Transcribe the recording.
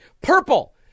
purple